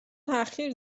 تاخیر